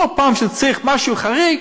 ובכל פעם שצריך משהו חריג,